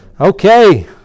Okay